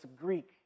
Greek